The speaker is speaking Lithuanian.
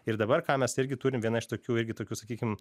ir dabar ką mes irgi turim viena iš tokių irgi tokių sakykim